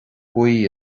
buí